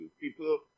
people